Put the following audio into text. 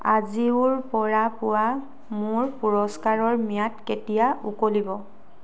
আজিঅ'ৰ পৰা পোৱা মোৰ পুৰস্কাৰৰ ম্যাদ কেতিয়া উকলিব